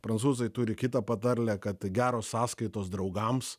prancūzai turi kitą patarlę kad geros sąskaitos draugams